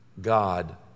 God